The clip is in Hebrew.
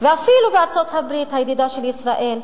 ואפילו בארצות-הברית, הידידה של ישראל,